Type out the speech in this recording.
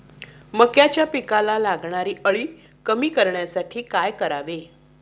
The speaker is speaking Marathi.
मक्याच्या पिकाला लागणारी अळी कमी करण्यासाठी काय करावे?